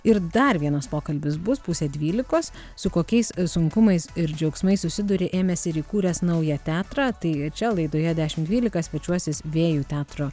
ir dar vienas pokalbis bus pusė dvylikos su kokiais sunkumais ir džiaugsmais susiduria ėmęs ir įkūręs naują teatrą tai čia laidoje dešimt dvylika svečiuosis vėjų teatro